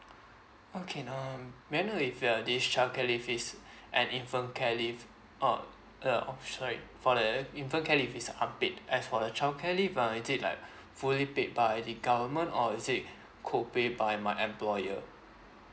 okay um may I know if your uh this childcare leave is and infant care leave uh uh sorry for the infant care leave is unpaid as for the childcare leave uh is it like fully paid by the government or is it co pay by my employer